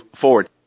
forward